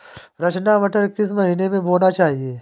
रचना मटर किस महीना में बोना चाहिए?